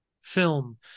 film